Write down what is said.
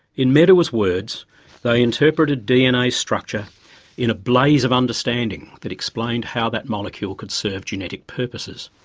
in medawar's words they interpreted dna's structure in a blaze of understanding that explained how that molecule could serve genetic purposes.